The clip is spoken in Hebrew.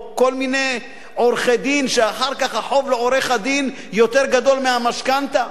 ואז החוב לעורך-הדין נהיה יותר גדול מהמשכנתה,